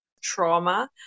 trauma